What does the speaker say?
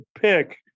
pick